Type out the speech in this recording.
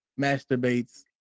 masturbates